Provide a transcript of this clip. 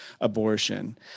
abortion